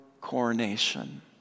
coronation